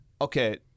okay –